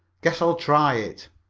guess i'll try it.